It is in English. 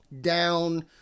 down